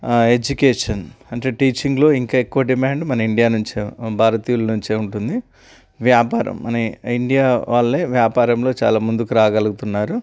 education అంటే టీచింగ్లో ఇంకా ఎక్కువ డిమాండ్ మన ఇండియా నుంచే భారతీయుల నుంచే ఉంటుంది వ్యాపారం మన ఇండియా వాళ్ళే వ్యాపారంలో చాలా ముందుకు రాగలుగుతున్నారు